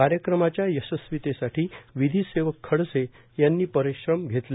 कार्यक्रमाच्या यशस्वीतेसाठी विधी सेवक खडसे यांनी परिश्रम घेतले